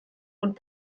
und